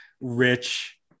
rich